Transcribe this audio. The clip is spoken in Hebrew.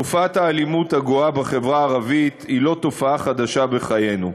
תופעת האלימות הגואה בחברה הערבית היא לא תופעה חדשה בחיינו,